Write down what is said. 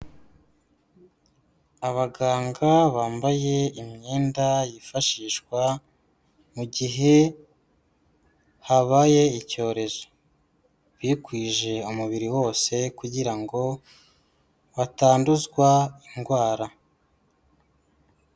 Abaganga bambaye imyenda yifashishwa mu gihe habaye icyorezo, bikwije umubiri wose kugira ngo batanduzwa indwara.